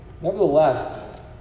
Nevertheless